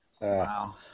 Wow